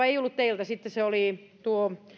ei ollut teiltä sitten se oli tuo